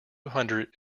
hundred